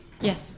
Yes